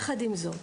יחד עם זאת,